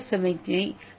குறிப்பிட்ட சமிக்ஞை